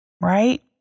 Right